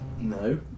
No